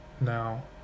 now